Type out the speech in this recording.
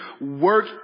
work